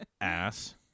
Ass